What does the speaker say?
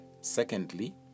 Secondly